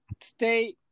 stay